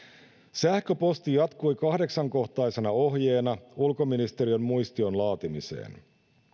sähköposti jatkui kahdeksankohtaisena ohjeena umn muistion laatimiseen